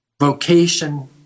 vocation